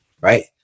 right